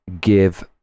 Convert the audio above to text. give